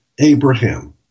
Abraham